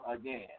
again